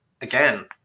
again